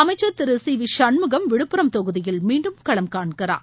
அமைச்சர் Thiru C V Shanmugam Viluppuram தொகுதியில் மீண்டும் களம் காண்கிறார்